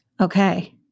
Okay